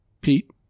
Pete